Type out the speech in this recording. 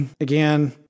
Again